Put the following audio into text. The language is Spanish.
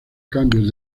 cambios